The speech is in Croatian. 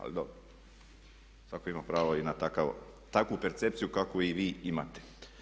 Ali dobro, svatko ima pravo i na takvu percepciju kakvu i vi imate.